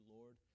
lord